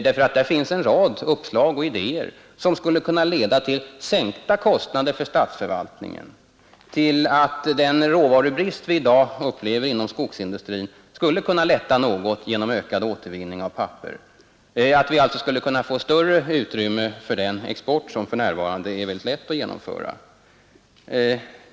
Där finns nämligen en rad uppslag och idéer som skulle kunna leda till sänkta kostnader för statsförvaltningen, till att den råvarubrist vi i dag upplever inom skogsindustrin skulle kunna lätta något genom återvinning av papper. Vi skulle kunna få större utrymme för den export som för närvarande är väldigt lätt att genomföra.